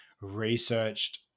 researched